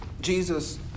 Jesus